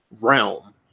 realm